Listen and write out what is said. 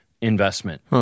investment